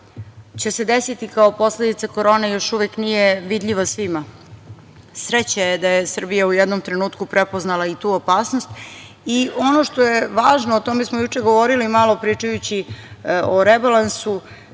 će se desiti kao posledica korone još uvek nije vidljiva svima. Sreća je da je Srbija u jednom trenutku prepoznala i tu opasnost. Ono što je važno, o tome smo juče govorili malo pričajući o rebalansu,